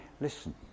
listen